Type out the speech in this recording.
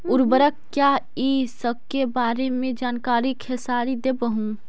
उर्वरक क्या इ सके बारे मे जानकारी खेसारी देबहू?